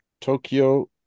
Tokyo